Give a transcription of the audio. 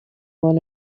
one